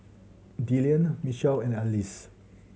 Dillan Mitchel and Alize